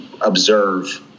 observe